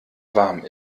warm